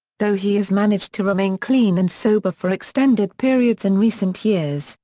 though he has managed to remain clean and sober for extended periods in recent years,